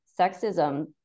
sexism